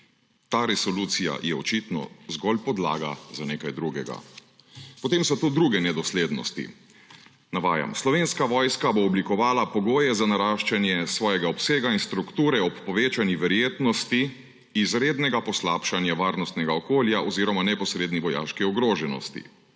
Ta resolucija je očitno zgolj podlaga za nekaj drugega. Potem so tu druge nedoslednosti. Navajam: »Slovenska vojska bo oblikovala pogoje za naraščanje svojega obsega in strukture ob povečani verjetnosti izrednega poslabšanja varnostnega okolja oziroma neposredne vojaške ogroženosti.«